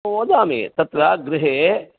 वदामि तत्र गृहे